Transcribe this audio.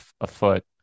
afoot